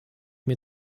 mir